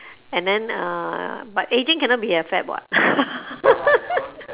and then uh but ageing cannot be a fad what